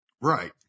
Right